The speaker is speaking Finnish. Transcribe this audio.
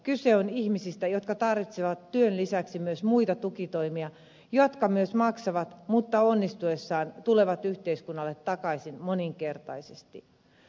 kyse on ihmisistä jotka tarvitsevat työn lisäksi myös muita tukitoimia jotka myös maksavat mutta onnistuessaan tulevat yhteiskunnalle takaisin moninkertaisesti